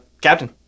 captain